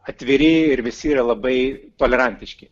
atviri ir visi yra labai tolerantiški